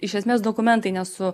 iš esmės dokumentai nesu